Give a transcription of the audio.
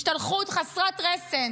השתלחות חסרת רסן